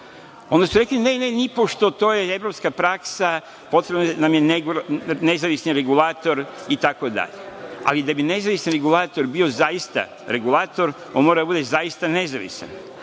su rekli – ne, nipošto, to je evropska praksa, potreban nam je nezavisni regulator itd. Ali, da bi nezavisni regulator bio zaista regulator, on mora da bude zaista nezavisan,